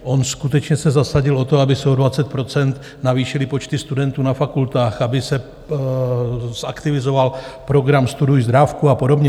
On skutečně se zasadil o to, aby se o 20 % navýšily počty studentů na fakultách, aby se zaktivizoval program Studuj zdrávku a podobně.